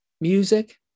Music